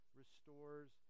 restores